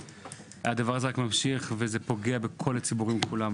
אז הדבר הזה רק ממשיך ופוגע בכל הציבורים כולם.